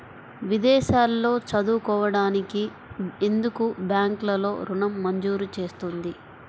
విదేశాల్లో చదువుకోవడానికి ఎందుకు బ్యాంక్లలో ఋణం మంజూరు చేస్తుంది?